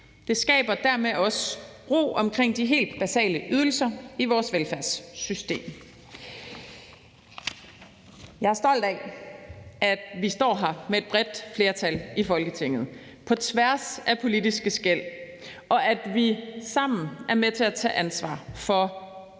det skaber også dermed ro omkring de helt basale ydelser i vores velfærdssystem. Jeg er stolt af, at vi står her med et bredt flertal i Folketinget på tværs af politiske skel, og at vi sammen er med til at tage ansvar for vores